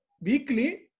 weekly